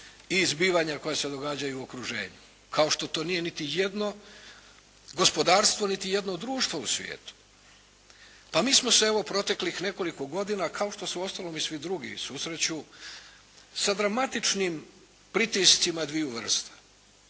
i zbivanja koja se događaju u okruženju kao što to nije niti jedno gospodarstvo, niti jedno društvo u svijetu. Pa mi smo se evo proteklih nekoliko godina kao što se uostalom i svi drugi susreću sa dramatičnim pritiscima dviju vrsta.